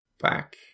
Back